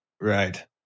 Right